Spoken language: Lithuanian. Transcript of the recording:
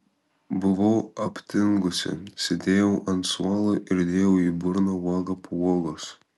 buvau aptingusi sėdėjau ant suolo ir dėjau į burną uogą po uogos